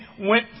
went